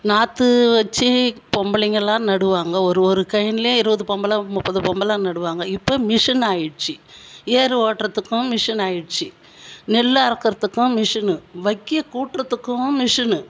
நாற்று வச்சு பொம்பளங்கள்லாம் நடுவாங்கள் ஒரு ஒரு கயின்லயும் இருபது பொம்பளை முப்பது பொம்பளை நடுவாங்கள் இப்போ மிஷின் ஆகிடுச்சி ஏர் ஓட்டுறதுக்கும் மிஷின் ஆகிடுச்சி நெல்லு அறுக்கறதுக்கும் மிசினு வைக்க கூட்டுறதுக்கும் மிசினு